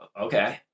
okay